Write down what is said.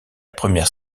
première